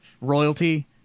Royalty